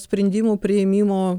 sprendimų priėmimo